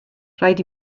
rhaid